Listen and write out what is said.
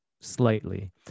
slightly